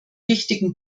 wichtigen